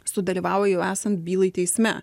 sudalyvauja jau esant bylai teisme